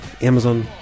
Amazon